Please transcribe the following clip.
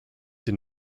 den